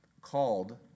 called